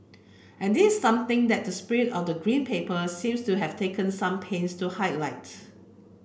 and this something that the spirit of the Green Paper seems to have taken some pains to highlight